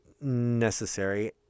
necessary